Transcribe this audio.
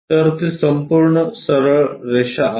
तर ती संपूर्ण सरळ रेषा आहे